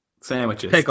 sandwiches